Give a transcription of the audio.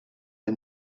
the